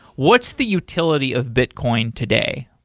what's the utility of bitcoin today?